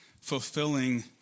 fulfilling